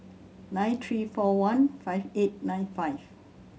nine three four one five eight nine five